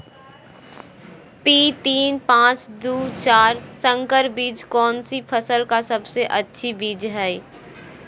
P तीन पांच दू चार संकर बीज कौन सी फसल का सबसे अच्छी बीज है?